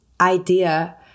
idea